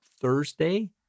Thursday